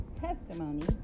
testimony